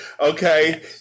okay